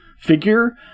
figure